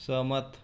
सहमत